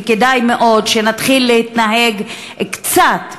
וכדאי מאוד שנתחיל להתנהג קצת,